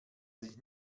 sich